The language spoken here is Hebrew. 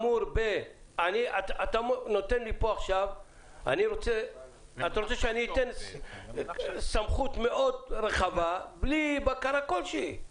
אתה רוצה שאני אתן סמכות רחבה מאוד בלי בקרה כלשהי.